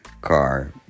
car